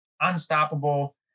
unstoppable